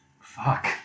Fuck